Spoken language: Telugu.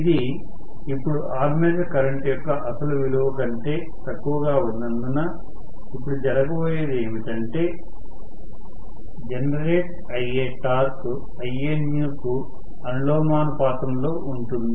ఇది ఇప్పుడు ఆర్మేచర్ కరెంట్ యొక్క అసలు విలువ కంటే తక్కువగా ఉన్నందున ఇప్పుడు జరగబోయేది ఏమిటంటే జనరేట్ అయ్యే టార్క్ Ianewకు అనులోమానుపాతంలో ఉంటుంది